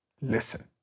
listen